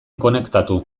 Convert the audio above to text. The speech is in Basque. konektatu